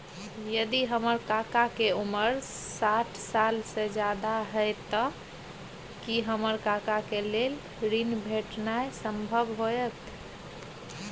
यदि हमर काका के उमर साठ साल से ज्यादा हय त की हमर काका के लेल ऋण भेटनाय संभव होतय?